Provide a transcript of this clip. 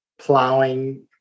plowing